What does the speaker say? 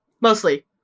mostly